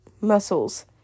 muscles